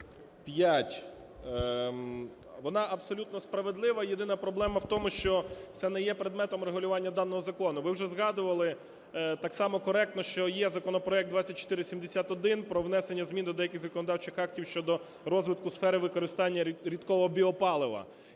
45. Вона абсолютно справедлива. Єдина проблема в тому, що це не є предметом регулювання даного закону. Ви вже згадували так само коректно, що є законопроект 2471 про внесення змін до деяких законодавчих актів щодо розвитку сфери використання рідкого біопалива.